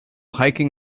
hiking